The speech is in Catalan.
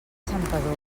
santpedor